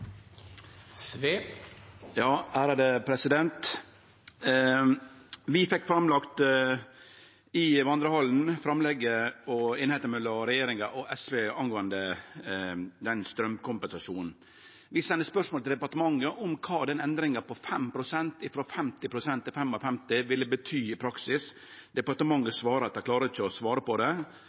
Vi fekk lagt fram i vandrehallen framlegget og einigheita mellom regjeringa og SV når det gjeld straumkompensasjonen. Vi sende spørsmål til departementet om kva den endringa på 5 pst., frå 50 til 55 pst., ville bety i praksis. Departementet svara at dei ikkje klarar å svare på det.